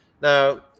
Now